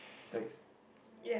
like